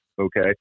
Okay